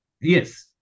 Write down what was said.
Yes